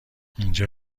اینجا